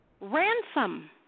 ransom